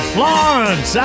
Florence